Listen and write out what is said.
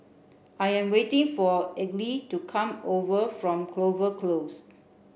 I am waiting for Elige to come over from Clover Close